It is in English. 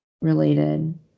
related